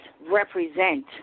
represent